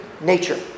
nature